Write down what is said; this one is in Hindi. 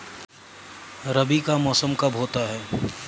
रबी का मौसम कब होता हैं?